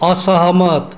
असहमत